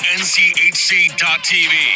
nchc.tv